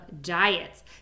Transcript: diets